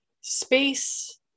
space